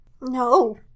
No